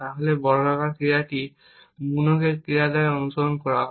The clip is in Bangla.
তাহলে বর্গাকার ক্রিয়াটি গুণনের ক্রিয়া দ্বারা অনুসরণ করা হয়